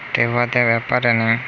तेव्हा त्या व्यापाऱ्यानं